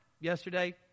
Yesterday